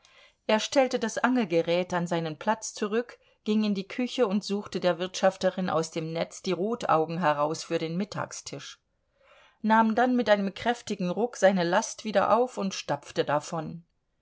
er stellte das angelgerät an seinen platz zurück ging in die küche und suchte der wirtschafterin aus dem netz die rotaugen heraus für den mittagstisch nahm dann mit einem kräftigen ruck seine last wieder auf und stapfte davon